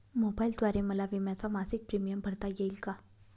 मोबाईलद्वारे मला विम्याचा मासिक प्रीमियम भरता येईल का?